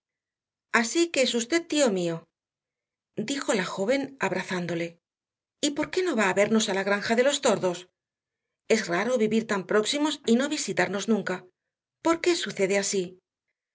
así que es usted tío mío dijo la joven abrazándole y por qué no va a vernos a la granja de los tordos es raro vivir tan próximos y no visitarnos nunca por qué sucede así